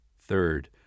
third